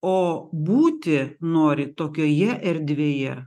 o būti nori tokioje erdvėje